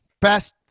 Best